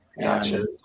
gotcha